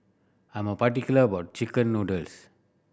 I am particular about chicken noodles